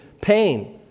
pain